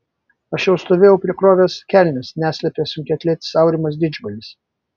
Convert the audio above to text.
aš jau stovėjau prikrovęs kelnes neslepia sunkiaatletis aurimas didžbalis